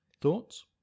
Thoughts